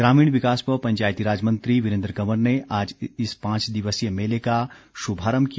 ग्रामीण विकास व पंचायती राज मंत्री वीरेन्द्र कंवर ने आज इस पांच दिवसीय मेले का शुभारम्भ किया